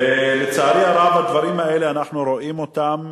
ולצערי הרב, הדברים האלה, אנחנו רואים אותם.